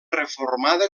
reformada